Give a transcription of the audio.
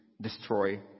destroy